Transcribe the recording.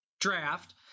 draft